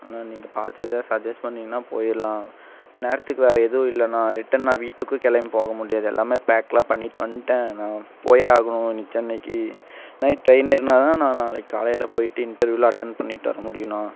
அண்ணா நீங்கள் பார்த்து எதாவது சஜ்ஜஸ் பண்ணிங்கன்னா போயிடுலாம் இந்நேரத்துக்கு வேறே எதுவும் இல்லைண்ணா ரிட்டன் நான் வீட்டுக்கும் கிளம்பி போக முடியாது எல்லாமே பேக்லாம் பண்ணிட்டு வந்துடேன்ணா போயே ஆகணும் சென்னைக்கு நைட் ட்ரெயின் ஏறுனால் தான் நான் நாளைக்கு காலையில் போயிட்டு இன்டர்வியூலாம் அட்டன் பண்ணிட்டு வர முடியும்ணா